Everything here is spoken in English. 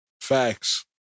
facts